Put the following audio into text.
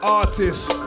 artists